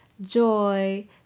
joy